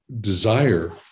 desire